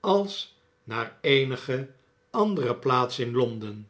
als naar eenige andere plaats in londen